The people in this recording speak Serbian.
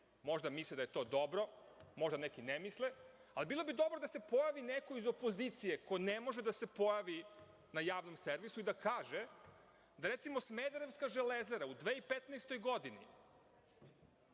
možda misle da je to dobro, možda neki ne misle, ali bilo bi dobro da se pojavi neko iz opozicije ko ne može da se pojavi na javnom servisu i da kaže da je smederevska “Železara“ u 2015. godini,